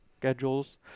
schedules